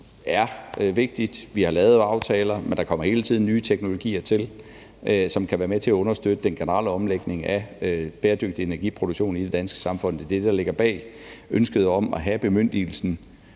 energiproduktion. Vi har lavet aftaler, men der kommer hele tiden nye teknologier til, som kan være med til at understøtte den generelle omlægning af bæredygtig energiproduktion i det danske samfund. Det er det, der ligger bag ønsket om at have bemyndigelsen.